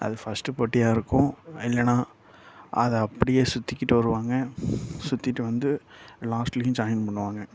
அது ஃபஸ்ட் பொட்டியாக இருக்கும் இல்லைனா அதை அப்படியே சுற்றி கிட்டு வருவாங்க சுற்றிட்டு வந்து லாஸ்ட்லையும் ஜாயின் பண்ணுவாங்க